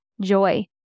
joy